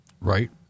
Right